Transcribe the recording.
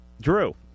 Drew